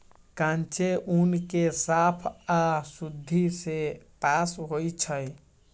कांचे ऊन के साफ आऽ शुद्धि से पास होइ छइ